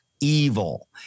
evil